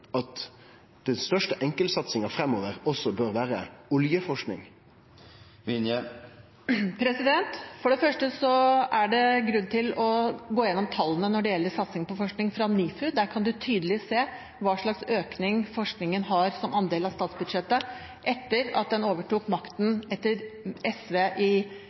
at den største enkeltsatsinga framover også bør vere oljeforsking? For det første er det grunn til å gå gjennom tallene når det gjelder satsing på forskning fra NIFU. Der kan man tydelig se hva slags økning forskningen har som andel av statsbudsjettet, etter at en overtok makten etter åtte år med SV i